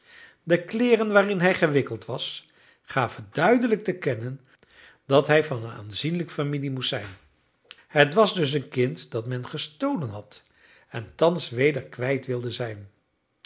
de kleeren waarin hij gewikkeld was gaven duidelijk te kennen dat hij van een aanzienlijke familie moest zijn het was dus een kind dat men gestolen had en thans weder kwijt wilde zijn